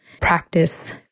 practice